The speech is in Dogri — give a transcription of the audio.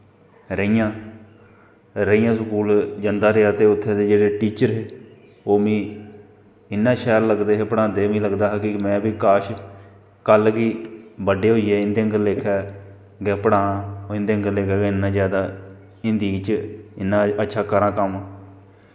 रेइयां रेइयां स्कूल जंदा रेहा ते उत्थें दे जेह्ड़े टीचर हे ओह् मिगी इ'न्ना शैल लगदे दे हे पढ़ांदै बी लगदा हा कि काश कल गी बड्डे होइयै इं'दे आंह्गर लेखा गै पढ़ां इं'दे आंह्गर लेखा इ'न्ना ज्यादा हिन्दी च इ'न्ना अच्छा करां कम्म